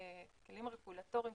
כלים רגולטוריים,